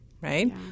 Right